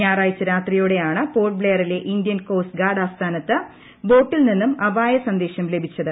ഞായറാഴ്ച രാത്രിയോടെയാണ് പോർട്ട് ബ്ലെയറിലെ ഇന്ത്യൻ കോസ്റ്റ് ഗാർഡ് ആസ്ഥാനത്ത് ബോട്ടിൽ നിന്നും അപായ സന്ദേശം ലഭിച്ചത്